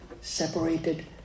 separated